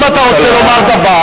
אם אתה רוצה לומר דבר,